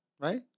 right